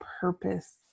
purpose